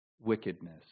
wickedness